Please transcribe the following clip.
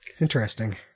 Interesting